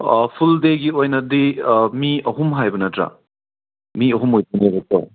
ꯐꯨꯜ ꯗꯦꯒꯤ ꯑꯣꯏꯅꯗꯤ ꯃꯤ ꯑꯍꯨꯝ ꯍꯥꯏꯕ ꯅꯠꯇ꯭ꯔ ꯃꯤ ꯑꯍꯨꯝ ꯑꯣꯏꯗꯣꯏꯅꯦꯕꯀꯣ